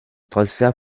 transfert